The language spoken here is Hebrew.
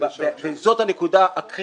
וזאת הנקודה הקריטית,